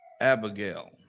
Abigail